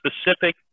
specific